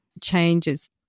changes